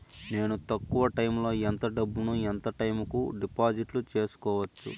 నేను తక్కువ టైములో ఎంత డబ్బును ఎంత టైము కు డిపాజిట్లు సేసుకోవచ్చు?